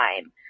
time